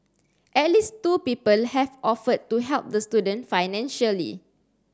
at least two people have offered to help the student financially